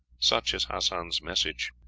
such is hassan's message.